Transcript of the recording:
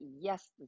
yes